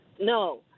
No